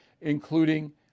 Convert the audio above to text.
including